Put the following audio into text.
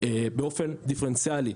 באופן דיפרנציאלי.